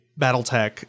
Battletech